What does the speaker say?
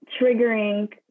triggering